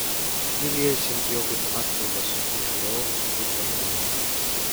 ji liejasi ant jo kaip atpildas už žiūrovams suteiktą malonumą